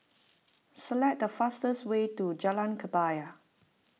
select the fastest way to Jalan Kebaya